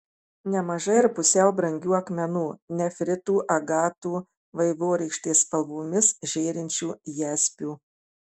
nemažai ir pusiau brangių akmenų nefritų agatų vaivorykštės spalvomis žėrinčių jaspių